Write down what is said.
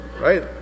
Right